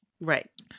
Right